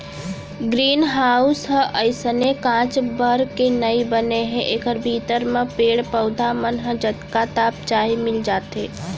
green house ह अइसने कांच भर के नइ बने हे एकर भीतरी म पेड़ पउधा मन ल जतका ताप चाही मिल जाथे